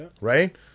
right